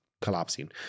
collapsing